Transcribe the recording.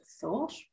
thought